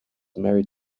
married